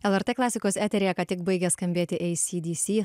lrt klasikos eteryje ką tik baigė skambėti ei si di si